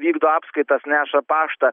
vykdo apskaitas neša paštą